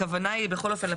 הכוונה היא בכל אופן,